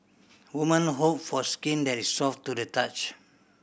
woman hope for skin that is soft to the touch